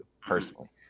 personally